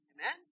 Amen